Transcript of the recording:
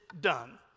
done